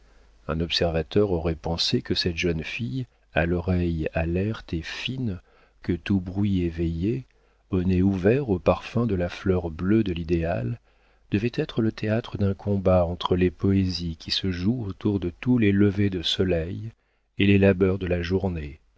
un observateur aurait pensé que cette jeune fille à l'oreille alerte et fine que tout bruit éveillait au nez ouvert aux parfums de la fleur bleue de l'idéal devait être le théâtre d'un combat entre les poésies qui se jouent autour de tous les levers de soleil et les labeurs de la journée